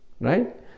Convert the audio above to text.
Right